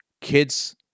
kid's